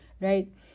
right